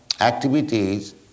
activities